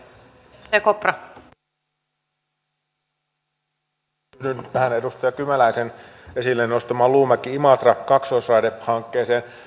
yhdyn tähän edustaja kymäläisen esille nostamaan luumäkiimatrakaksoisraidehankkeeseen